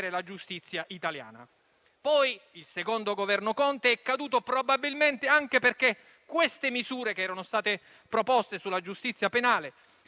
la giustizia italiana. Poi, il secondo Governo Conte è caduto probabilmente anche perché queste misure, che erano state proposte sulla giustizia penale,